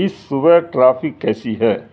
اس صبح ٹرافک کیسی ہے